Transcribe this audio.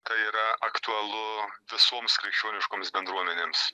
tai yra aktualu visoms krikščioniškoms bendruomenėms